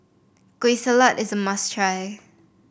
Kueh Salat is a must try